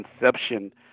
inception